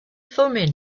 thummim